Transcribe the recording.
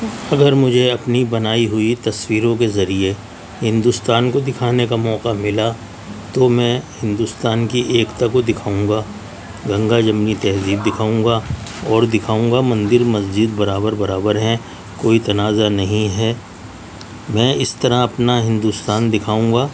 اگر مجھے اپنی بنائی ہوئی تصویروں کے ذریعے ہندوستان کو دکھانے کا موقع ملا تو میں ہندوستان کی ایکتا کو دکھاؤں گا گنگا جمنی تہذیب دکھاؤں گا اور دکھاؤں گا مندر مسجد برابر برابر ہیں کوئی تنازعہ نہیں ہے میں اس طرح اپنا ہندوستان دکھاؤں گا